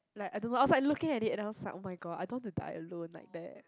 like I don't know I was like looking at it and I was like oh-my-god I don't want to die alone like that